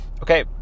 Okay